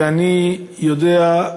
ואני יודע,